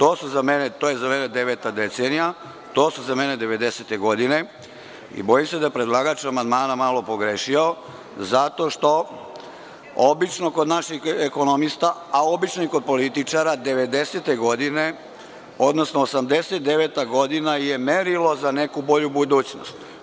To je za mene deveta decenija i to su za mene 90-te godine i bojim se da je predlagač amandmana malo pogrešio zato što obično kod naših ekonomista, a obično i kod političara, 90-te godine, odnosno 1989. godina je merilo za neku bolju budućnost.